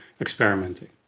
experimenting